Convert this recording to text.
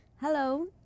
Hello